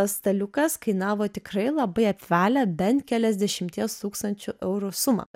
staliukas kainavo tikrai labai apvalią bent keliasdešimties tūkstančių eurų sumą